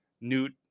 Newt